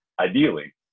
ideally